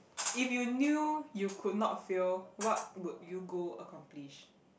if you knew you could not fail what would you go accomplish